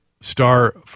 star